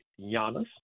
Giannis